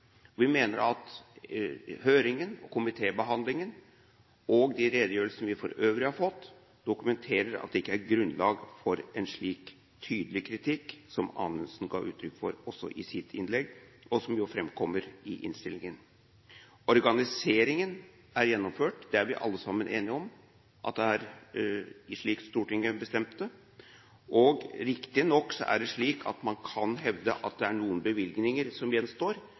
Vi mener at det er feil. Vi mener at høringen, komitébehandlingen og de redegjørelsene vi for øvrig har fått, dokumenterer at det ikke er grunnlag for en slik tydelig kritikk som Anundsen ga uttrykk for i sitt innlegg, og som framkommer i innstillingen. Organiseringen er gjennomført; det er vi alle sammen enige om. Det er slik Stortinget bestemte. Riktignok kan man hevde at det er noen bevilgninger som gjenstår,